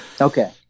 Okay